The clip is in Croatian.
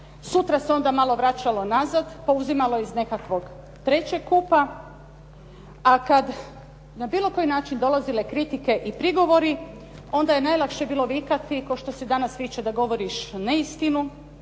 sutra se onda malo vraćalo nazad, pa uzimalo iz nekakvog trećeg kupa, a kad su na bilo koji način dolazile kritike i prigovori, onda je najlakše bilo vikati kao što se danas viče da govoriš neistinu,